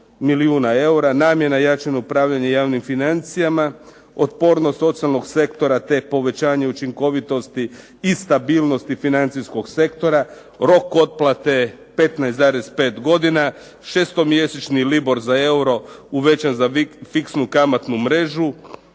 Namjena jače upravljanje javnim financijama, otpornost socijalnog sektora, te povećanje učinkovitosti i stabilnosti financijskog sektora, rok otplate 15,5 godina, šestomjesečni libor za euro uvećan za fiksnu kamatnu mrežu,